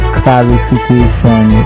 clarification